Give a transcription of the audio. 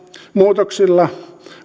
muutoksilla